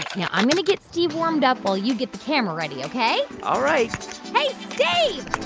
yeah i'm going to get steve warmed up while you get the camera ready, ok? all right hey, steve.